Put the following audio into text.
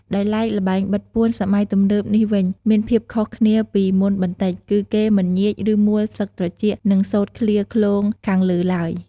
ដោយឡែកល្បែងបិទបួនសម័យទំនើបនេះវិញ មានភាពខុសគ្នាពីមុនបន្តិច គឺគេមិនញៀច ឬ មូលស្លឹកត្រចៀក និងសូត្រឃ្លាឃ្លោងខាងលើឡើយ។